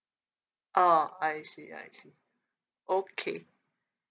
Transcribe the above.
oh I see I see okay